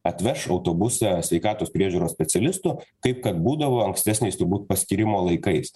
atveš autobuse sveikatos priežiūros specialistų kaip kad būdavo ankstesniais turbūt paskyrimo laikais